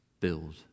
Build